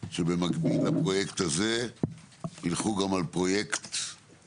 שבמקביל לפרויקט הזה יילכו גם על פרויקט או